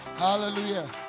Hallelujah